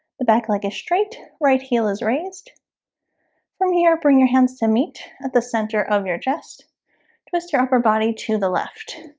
the back leg is straight right heel is raised from here bring your hands to meet at the center of your chest twist your upper body to the left.